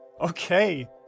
Okay